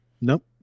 Nope